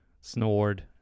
snored